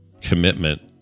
commitment